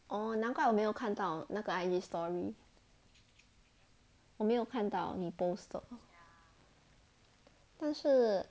哦难怪我没有看到那个 I_G story 我没有看到你 post 的但是